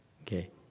Okay